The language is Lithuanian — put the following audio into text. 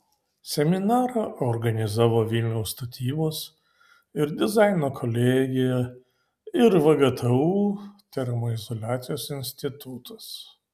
seminarą organizavo vilniaus statybos ir dizaino kolegija ir vgtu termoizoliacijos institutas